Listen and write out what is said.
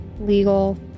legal